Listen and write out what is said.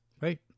Right